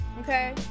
Okay